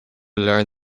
learn